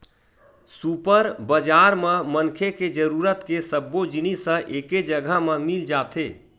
super बजार म मनखे के जरूरत के सब्बो जिनिस ह एके जघा म मिल जाथे